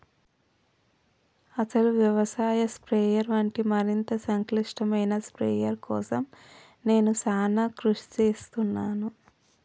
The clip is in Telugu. అసలు యవసాయ స్ప్రయెర్ వంటి మరింత సంక్లిష్టమైన స్ప్రయెర్ కోసం నేను సానా కృషి సేస్తున్నాను